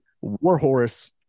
Warhorse